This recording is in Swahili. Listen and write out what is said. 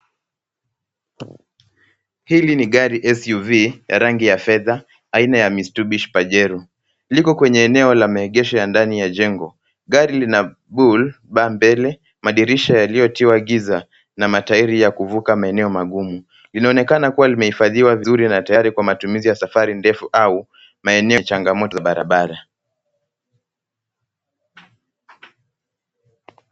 Hili ni gari SUV ya rangi ya fedha aina ya Mitsubishi Pajero . Liko kwenye eneo la maegesho ya ndani ya jengo. Gari lina bull bar mbele, madirisha yaliyotiwa giza na matairi ya kuvuka maeneo magumu. Linaonekana kuwa limehifadhiwa vizuri na tayari kwa matumizi ya safari ndefu au maeneo ya changamoto za barabara.